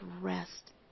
rest